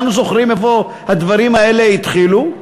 כולנו זוכרים איפה הדברים האלה התחילו.